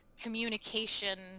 communication